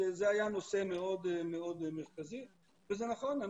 זה היה נושא מאוד מרכזי וזה נכון,